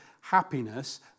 happiness